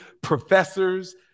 professors